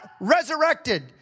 resurrected